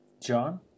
John